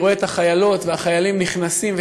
אני רואה את החיילות והחיילים נכנסים,